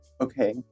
okay